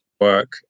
work